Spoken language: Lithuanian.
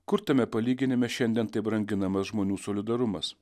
kur tame palyginime šiandien taip branginamas žmonių solidarumas